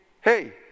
hey